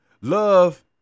love